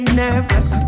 nervous